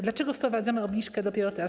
Dlaczego wprowadzamy obniżkę dopiero teraz?